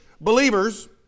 believers